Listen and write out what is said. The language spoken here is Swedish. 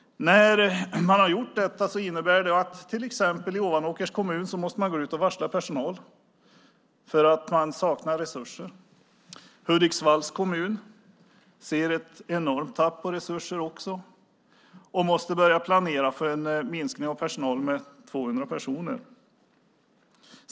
Att man har gjort detta innebär till exempel att man i Ovanåkers kommun måste gå ut och varsla personal för att man saknar resurser. Hudiksvalls kommun ser ett enormt tapp på resurser också och måste börja planera för en minskning av personal med 200 personer.